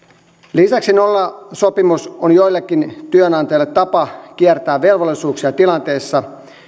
lisäksi nollasopimus on joillekin työnantajille tapa kiertää velvollisuuksia tilanteessa